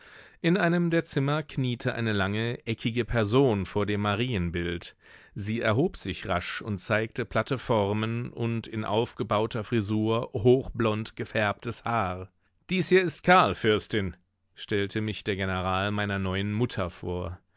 in einem der zimmer kniete eine lange eckige person vor dem marienbild sie erhob sich rasch und zeigte platte formen und in aufgebauter frisur hochblond gefärbtes haar dies hier ist karl fürstin stellte mich der general meiner neuen mutter vor